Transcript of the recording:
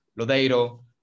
Lodeiro